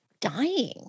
dying